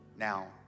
Now